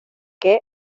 qué